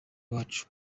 iwacu